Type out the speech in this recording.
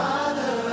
Father